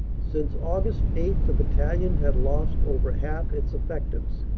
since aug. eight the battalion had lost over half its effectives.